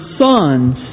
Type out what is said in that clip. sons